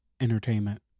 entertainment